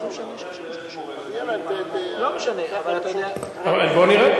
אם יש הסתייגות, אני מוכן לתמוך בה.